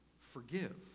forgive